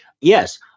yes